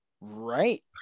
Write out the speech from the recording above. right